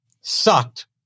sucked